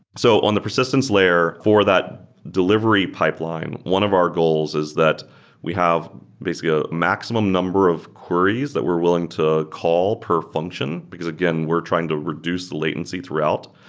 so on the persistence layer for that delivery pipeline, one of our goals is that we have basically a maximum number of queries that we're willing to call per function, because, again, we're trying to reduce the latency throughout.